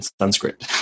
sanskrit